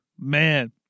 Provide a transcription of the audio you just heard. Man